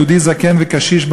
יהודי זקן וקשיש,